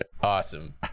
awesome